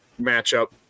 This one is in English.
matchup